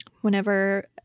Whenever